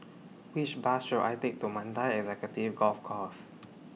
Which Bus should I Take to Mandai Executive Golf Course